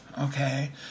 okay